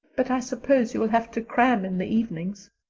but i suppose you'll have to cram in the evenings.